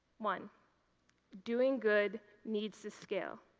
one doing good needs the skill.